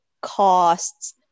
costs